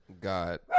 got